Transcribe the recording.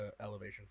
elevation